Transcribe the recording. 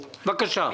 בבקשה.